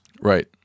Right